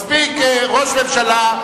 מספיק ראש ממשלה,